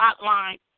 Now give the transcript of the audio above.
hotline